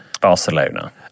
Barcelona